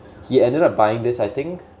he ended up buying this I think